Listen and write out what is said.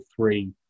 three